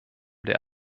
der